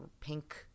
pink